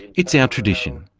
it's our tradition,